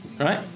Right